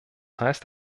heißt